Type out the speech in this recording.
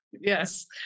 Yes